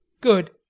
Good